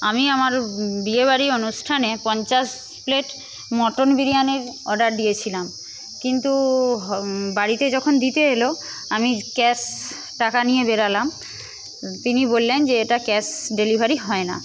আমি আমার বিয়েবাড়ি অনুষ্ঠানে পঞ্চাশ প্লেট মটন বিরিয়ানির অর্ডার দিয়েছিলাম কিন্তু হ বাড়িতে যখন দিতে এলো আমি ক্যাশ টাকা নিয়ে বেরোলাম তিনি বললেন যে এটা ক্যাশ ডেলিভারি হয় না